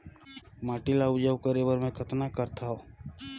माटी ल उपजाऊ करे बर मै कतना करथव?